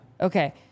Okay